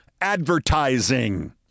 advertising